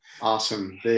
Awesome